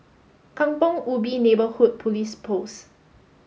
Kampong Ubi Neighborhood Police Post